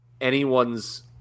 anyone's